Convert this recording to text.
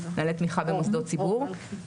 נוהלי תמיכה במוסדות ציבור.